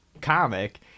comic